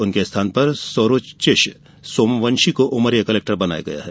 उनके स्थान पर स्वरोचिष सोमवंशी को कलेक्टर बनाया गया है